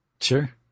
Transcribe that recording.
Sure